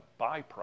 byproduct